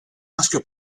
maschio